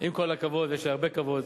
עם כל הכבוד, ויש לי הרבה כבוד,